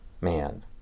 man